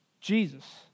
Jesus